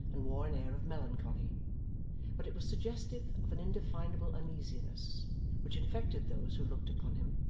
and wore an air of melancholy but it was suggestive of an indefinable uneasiness which infected those who looked upon him,